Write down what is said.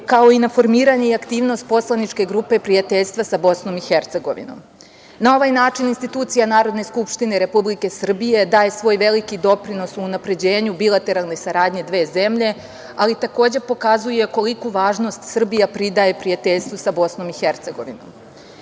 kao i na formiranje i aktivnost poslaničke grupe prijateljstva sa BiH. Na ovaj način institucija Narodne skupštine Republike Srbije daje svoj veliki doprinos unapređenju bilateralne saradnje dve zemlje, ali takođe pokazuje koliku važnost Srbija pridaje prijateljstvu sa BiH.Potpisani